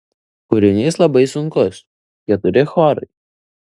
kūrinys labai sunkus keturi chorai